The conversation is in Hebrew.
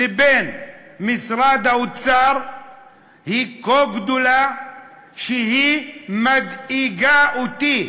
לבין משרד האוצר היא כה גדולה שהיא מדאיגה אותי.